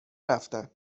رفتن